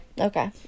Okay